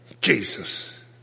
Jesus